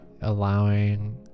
allowing